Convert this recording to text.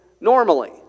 normally